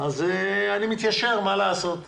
אני מתיישר, מה לעשות.